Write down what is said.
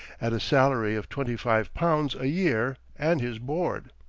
at a salary of twenty-five pounds a year and his board.